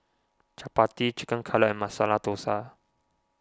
Chapati Chicken Cutlet and Masala Dosa